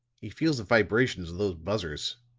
he feels the vibrations of those buzzers,